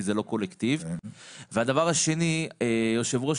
כי זה לא קולקטיב; והדבר השני יושב-ראש